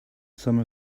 some